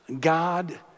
God